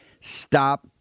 Stop